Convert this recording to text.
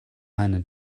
eine